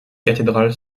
cathédrale